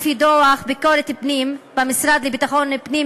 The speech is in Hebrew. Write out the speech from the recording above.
לפי דוח ביקורת פנים במשרד לביטחון פנים